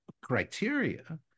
criteria